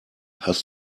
hast